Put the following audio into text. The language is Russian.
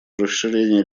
расширение